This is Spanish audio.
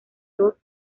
dos